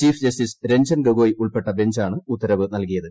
chief justice Ranjan Gogoi ഉൾപ്പെട്ട ബഞ്ചാണ് ഉത്തരവ് നൽകിയത്